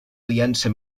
aliança